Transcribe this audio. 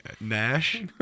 Nash